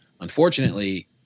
Unfortunately